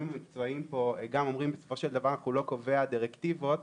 המקצועיים גם אומרים שהם לא קובעים דירקטיבות,